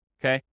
okay